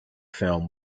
film